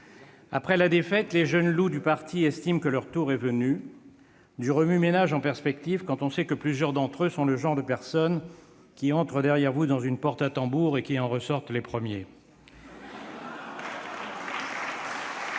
Après la défaite, les jeunes loups du parti estiment que leur tour est venu : voilà du remue-ménage en perspective, quand on sait que plusieurs d'entre eux sont le genre de personnes qui entrent derrière vous dans une porte-tambour et en ressortent les premières.